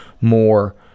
more